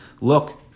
Look